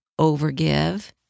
overgive